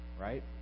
Right